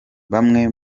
bamwe